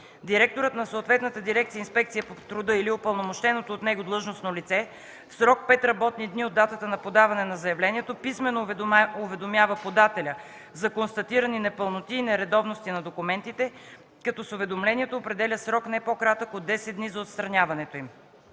директорът на съответната дирекция „Инспекция по труда” или упълномощеното от него длъжностно лице в срок 5 работни дни от датата на подаване на заявлението писмено уведомява подателя за констатирани непълноти и нередовности на документите, като с уведомлението определя срок, не по-кратък от 10 дни, за отстраняването им.